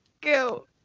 go